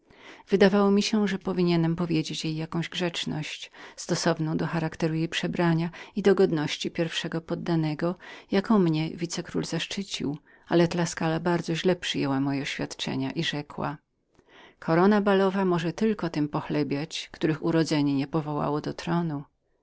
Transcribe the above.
wyniosły jej sposób myślenia chciałem powiedzieć jej jakąś grzeczność stosowną do charakteru jej przebrania i do godności pierwszego poddanego jaką mnie wice król zaszczycił ale tuskula bardzo źle przyjęła moje oświadczenia i rzekła korona balowa może tylko tym się podobać których urodzenie nie powoływało do tronu